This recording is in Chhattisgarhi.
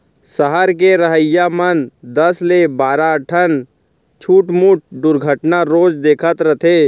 सहर के रहइया मन दस ले बारा ठन छुटमुट दुरघटना रोज देखत रथें